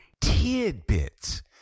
Tidbits